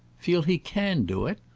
feel he can do it?